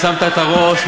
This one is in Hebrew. שמת את הראש,